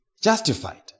justified